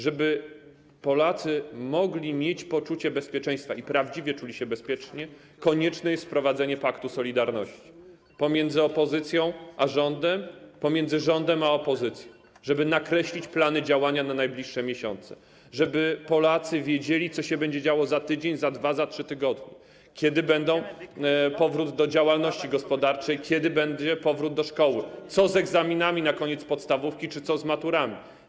Żeby Polacy mieli poczucie bezpieczeństwa i czuli się prawdziwie bezpiecznie, konieczne jest wprowadzenie paktu solidarności pomiędzy opozycją a rządem, pomiędzy rządem a opozycją - po to, żeby nakreślić plany działania na najbliższe miesiące, żeby Polacy wiedzieli, co się będzie działo za tydzień, za 2, za 3 tygodnie, kiedy nastąpi powrót do działalności gospodarczej, kiedy będzie powrót do szkoły, co z egzaminami na koniec podstawówki czy co z maturami.